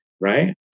right